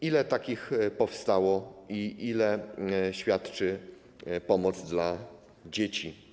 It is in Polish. Ile takich powstało i ile świadczy pomoc dla dzieci?